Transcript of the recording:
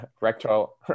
rectal